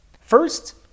First